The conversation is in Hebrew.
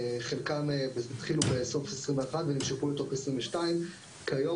חלקם התחילו בסוף 2021 ונמשכו לתוך שנת 2022. כיום